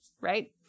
right